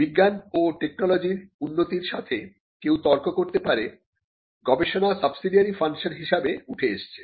বিজ্ঞান ও টেকনোলজি র উন্নতির সাথে কেউ তর্ক করতে পারে গবেষণা সাবসিডিয়ারি ফাংশন হিসেবে উঠে এসেছে